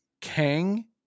Kang